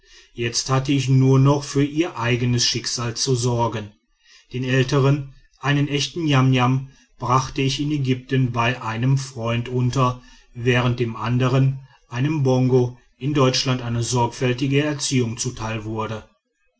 jetzt hatte ich nur noch für ihr eigenes schicksal zu sorgen den ältern einen echten niamniam brachte ich in ägypten bei einem freunde unter während dem andern einem bongo in deutschland eine sorgfältige erziehung zuteil wurde